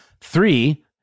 Three